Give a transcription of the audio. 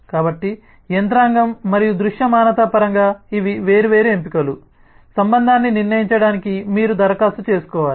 కాబట్టి యంత్రాంగం మరియు దృశ్యమానత పరంగా ఇవి వేర్వేరు ఎంపికలు సంబంధాన్ని నిర్ణయించడానికి మీరు దరఖాస్తు చేసుకోవాలి